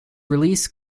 release